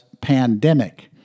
pandemic